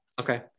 Okay